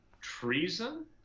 treason